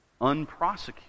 unprosecuted